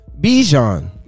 Bijan